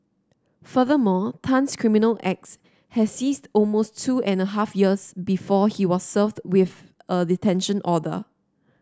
furthermore Tan's criminal acts had ceased almost two and a half years before he was served with a detention order